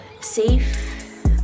safe